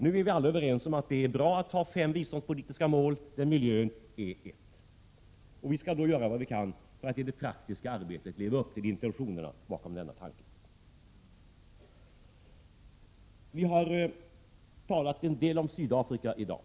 Nu är vi alla överens om att det är bra att ha fem biståndspolitiska mål, varav miljön är ett. Vi skall göra vad vi kan för att i det praktiska arbetet leva upp till intentionerna bakom denna tanke. Vi har talat en del om Sydafrika i dag.